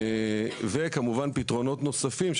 ופתרונות נוספים,